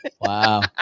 Wow